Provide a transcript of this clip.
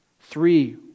three